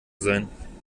sein